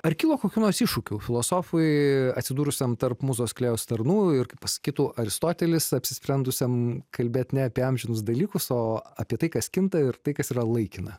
ar kilo kokių nors iššūkių filosofui atsidūrusiam tarp mūzos klėjos tarnų ir kaip pasakytų aristotelis apsisprendusiam kalbėt ne apie amžinus dalykus o apie tai kas kinta ir tai kas yra laikina